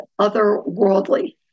otherworldly